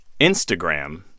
Instagram